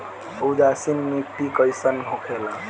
उदासीन मिट्टी कईसन होखेला?